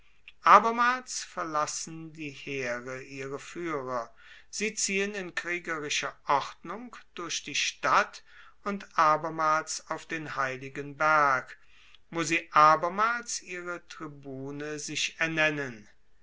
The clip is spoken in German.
abermals verlassen die heere ihre fuehrer sie ziehen in kriegerischer ordnung durch die stadt und abermals auf den heiligen berg wo sie abermals ihre tribune sich ernennen